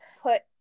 put